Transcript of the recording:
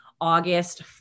August